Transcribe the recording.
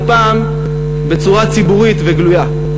הפעם בצורה ציבורית וגלויה,